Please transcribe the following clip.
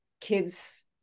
kids